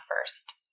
first